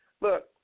look